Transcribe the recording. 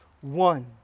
one